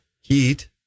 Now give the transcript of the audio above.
heat